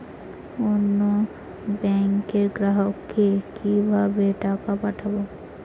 অন্য ব্যাংকের গ্রাহককে কিভাবে টাকা পাঠাবো?